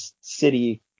city